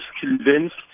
convinced